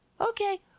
Okay